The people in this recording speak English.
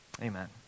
Amen